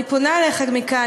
אני פונה אליך מכאן,